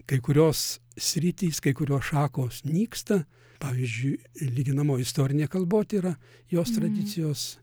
kai kurios sritys kai kurios šakos nyksta pavyzdžiui lyginamoji istorinė kalbotyra jos tradicijos